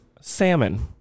salmon